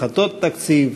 הפחתות תקציב,